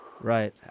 Right